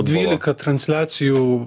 dvylika transliacijų